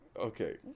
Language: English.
Okay